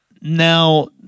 now